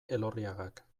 elorriagak